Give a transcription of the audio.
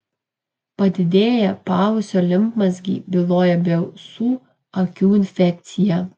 padidėję paausio limfmazgiai byloja apie ausų akių infekciją